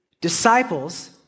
disciples